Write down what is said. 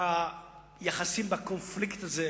ביחסים, בקונפליקט הזה?